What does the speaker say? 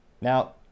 Now